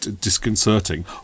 disconcerting